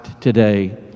today